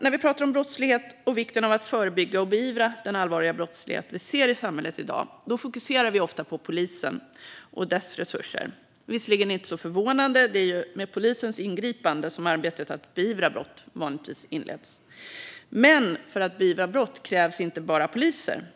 När vi pratar om brottslighet och vikten av att förebygga och beivra den allvarliga brottslighet vi ser i samhället i dag fokuserar vi ofta på polisen och dess resurser. Det är visserligen inte så förvånande - det är ju med polisens ingripande som arbetet att beivra brott vanligtvis inleds. Men för att beivra brott krävs inte bara poliser.